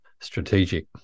strategic